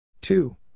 Two